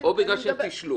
או בגלל שהם פישלו?